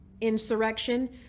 insurrection